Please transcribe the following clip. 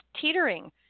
teetering